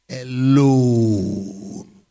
alone